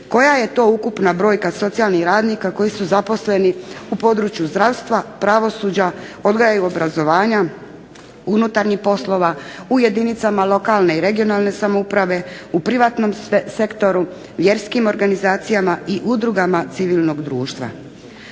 koja je to ukupna brojka socijalnih radnika koji su zaposleni u području zdravstva, pravosuđa, odgoja i obrazovanja, unutarnjih poslova u jedinicama regionalne i lokalne samouprave, u privatnom sektoru, vjerskim organizacijama i udrugama civilnog društva.